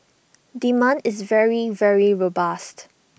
demand is very very robust